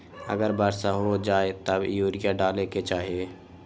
अगर वर्षा हो जाए तब यूरिया डाले के चाहि?